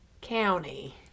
County